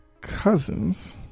Cousins